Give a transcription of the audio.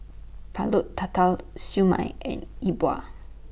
Pulut Tatal Siew Mai and Yi Bua